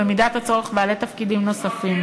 ובמידת הצורך בעלי תפקידים נוספים,